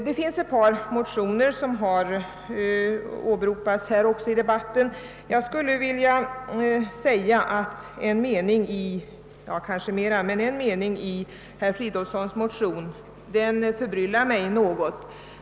Åtminstone en mening i herr Fridolfssons i Stockholm motion förbryllar mig något.